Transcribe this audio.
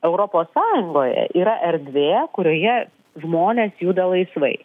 europos sąjungoje yra erdvė kurioje žmonės juda laisvai